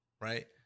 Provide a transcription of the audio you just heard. Right